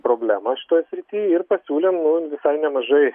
problemą šitoj srity ir pasiūlėm nu visai nemažai